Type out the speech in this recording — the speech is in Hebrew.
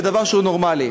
ודבר שהוא נורמלי.